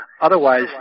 otherwise